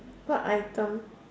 what item